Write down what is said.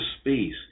space